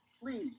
please